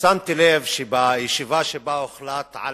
שמתי לב שבישיבה שבה הוחלט על